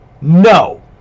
No